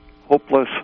hopeless